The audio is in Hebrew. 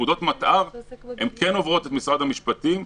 פקודות מטא"ר כן עוברות את משרד המשפטים,